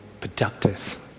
productive